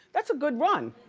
that's a good run.